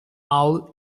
owl